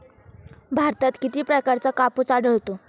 भारतात किती प्रकारचा कापूस आढळतो?